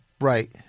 Right